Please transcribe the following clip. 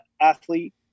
athlete